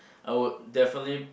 I would definitely